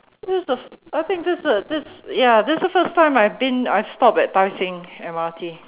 this is the I think this is the this ya this is the first time I've been I've stopped at Tai Seng M_R_T